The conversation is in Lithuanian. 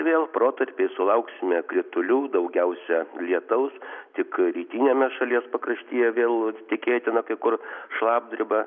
vėl protarpiais sulauksime kritulių daugiausia lietaus tik rytiniame šalies pakraštyje vėl tikėtina kai kur šlapdriba